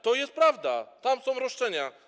To jest prawda, tam są roszczenia.